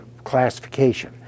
classification